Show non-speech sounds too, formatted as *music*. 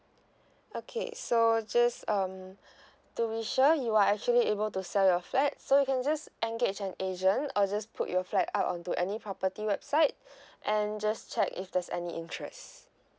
okay so just um *breath* to be sure you are actually able to sell your flat so you can just engage an agent or just put your flat up onto any property website *breath* and just check if there's any interest